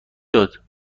داد